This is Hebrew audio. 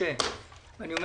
משה שגיא,